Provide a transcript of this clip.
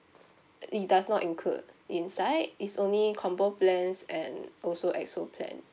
it does not include inside it's only combo plans and also X_O plan